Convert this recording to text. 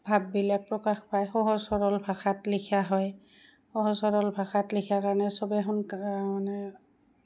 ভাববিলাক প্ৰকাশ পায় সহজ সৰল ভাষাত লিখা হয় সহজ সৰল ভাষাত লিখা কাৰণে চবে সোনক মানে